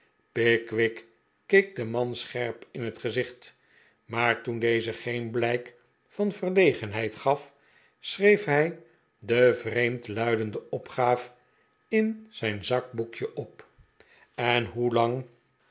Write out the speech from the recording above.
keek den man scherp in het gezicht maar toen deze geen blijk van verlegenheid gaf schreef hij de vreemd luidende opgaaf in zijn zakboekje op en hoelang